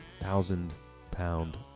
thousand-pound